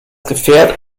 gefährt